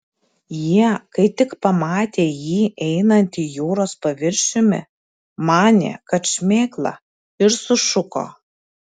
jie kai tik pamatė jį einantį jūros paviršiumi manė kad šmėkla ir sušuko